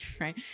right